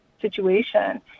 situation